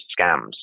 scams